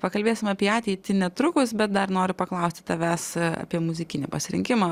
pakalbėsim apie ateitį netrukus bet dar noriu paklausti tavęs apie muzikinį pasirinkimą